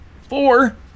four